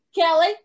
Kelly